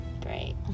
Great